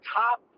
top